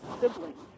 siblings